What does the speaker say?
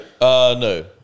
No